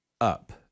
up